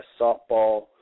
Softball